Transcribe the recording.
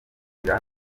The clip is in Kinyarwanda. neza